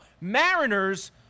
Mariners